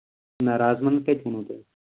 نہ رزاماہن کَتہِ ووٚنوُ تۄہہِ